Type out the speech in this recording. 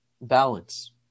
balance